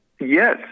Yes